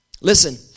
Listen